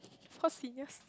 of course seniors